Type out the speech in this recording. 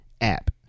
app